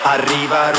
Arriva